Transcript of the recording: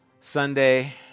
Sunday